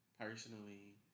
personally